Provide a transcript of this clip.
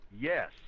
yes